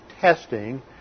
testing